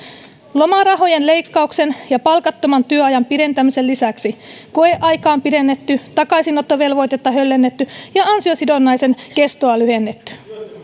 lomarahojen leikkauksen ja palkattoman työajan pidentämisen lisäksi koeaikaa on pidennetty takaisinottovelvoitetta höllennetty ja ansiosidonnaisen kestoa lyhennetty